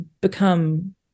become